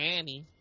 Annie